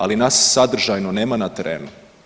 Ali nas sadržajno nema na terenu.